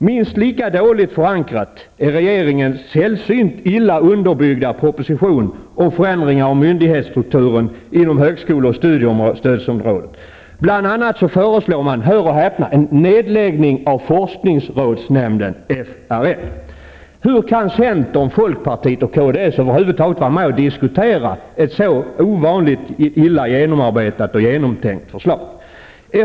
Minst lika dåligt förankrat är regeringens sällsynt illa underbyggda proposition om förändringar av myndighetsstrukturen inom högskole och studiestödsområdet. Bl.a. föreslår regeringen -- hör och häpna! -- en nedläggning av forskningsrådsnämnden, FRN. Hur kan centern, folkpartiet och kds över huvud taget vara med och diskutera ett så ovanligt illa genomarbetat och genomtänkt förslag?